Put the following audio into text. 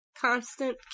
constant